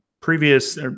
previous